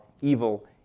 evil